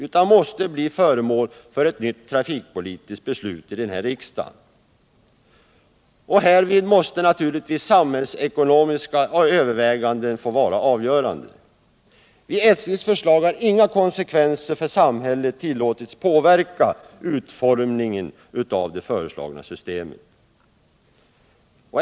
Den måste bli föremål för ett nytt trafikpolitiskt beslut i riksdagen. Härvid måste naturligtvis samhällsekonomiska överväganden få vara avgörande. I SJ:s förslag har inga konsekvenser för samhället tillåtits påverka utformningen av det föreslagna systemet.